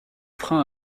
freins